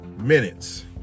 minutes